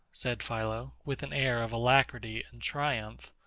said philo, with an air of alacrity and triumph,